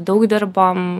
daug dirbom